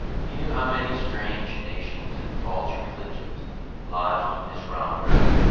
he knew how many strange nations and false religions lodged in this round earth,